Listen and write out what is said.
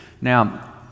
Now